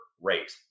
rate